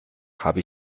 habe